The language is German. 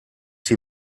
sie